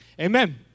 Amen